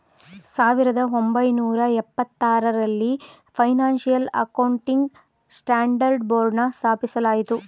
ಸಾವಿರದ ಒಂಬೈನೂರ ಎಪ್ಪತಾರರಲ್ಲಿ ಫೈನಾನ್ಸಿಯಲ್ ಅಕೌಂಟಿಂಗ್ ಸ್ಟ್ಯಾಂಡರ್ಡ್ ಬೋರ್ಡ್ನ ಸ್ಥಾಪಿಸಲಾಯಿತು